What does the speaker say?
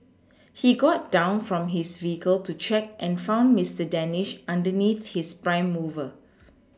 he got down from his vehicle to check and found Mister Danish underneath his prime mover